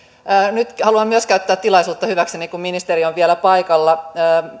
nyt haluan myös käyttää tilaisuutta hyväkseni kun ministeri on vielä paikalla